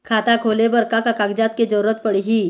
खाता खोले बर का का कागजात के जरूरत पड़ही?